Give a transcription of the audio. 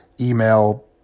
email